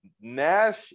Nash